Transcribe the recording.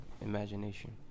Imagination